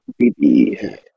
bb